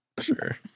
Sure